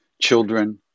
children